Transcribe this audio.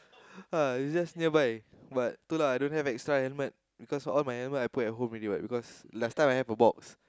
uh it's just nearby but good lah I don't have extra helmet because all my helmet I put at home already what because last time I have a box